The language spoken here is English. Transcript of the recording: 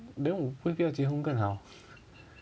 then 我们不要结婚更好